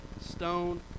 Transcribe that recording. Stone